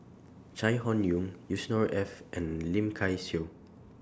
Chai Hon Yoong Yusnor Ef and Lim Kay Siu